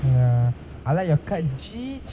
ya I like your cut jeej